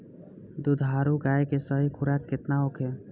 दुधारू गाय के सही खुराक केतना होखे?